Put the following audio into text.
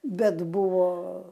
bet buvo